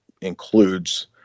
includes